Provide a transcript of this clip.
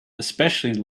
especially